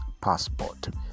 passport